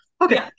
okay